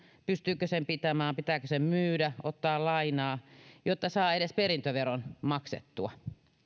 pystyvätkö sen pitämään pitääkö se myydä ottaa lainaa jotta saa edes perintöveron maksettua